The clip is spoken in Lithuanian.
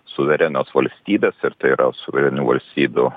suverenios valstybės ir tai yra suverenių valstybių